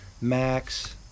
Max